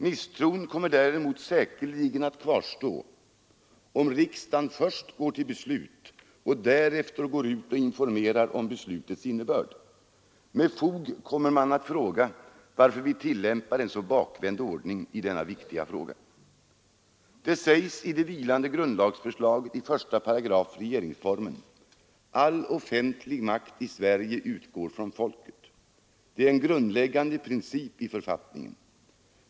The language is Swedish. Misstron kommer däremot säkerligen att kvarstå, om riksdagen först går till beslut och därefter går ut och informerar om beslutets innebörd. Med fog kommer man att fråga varför vi tillämpar en så bakvänd ordning i denna viktiga fråga. Det sägs i det vilande grundlagsförslaget i 1 § regeringsformen: ”All offentlig makt i Sverige utgår från folket.” Det är en grundläggande princip i författningen.